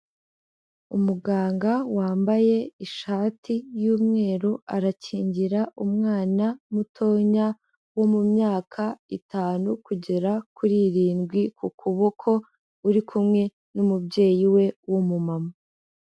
Umuganga wambaye ishati y'umweru arakingira umwana mutoya wo mu myaka itanu kugera kuri irindwi ku kuboko, uri kumwe n'umubyeyi we w'umumama.